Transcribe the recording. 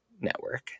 network